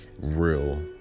real